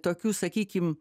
tokių sakykim